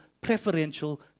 preferential